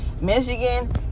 Michigan